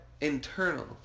Internal